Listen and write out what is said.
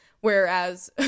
whereas